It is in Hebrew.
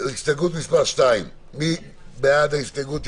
הסתייגות מס' 2 מי בעד ההסתייגות?